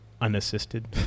Unassisted